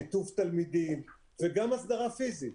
שיתוף תלמידים וגם הסדרה פיזית.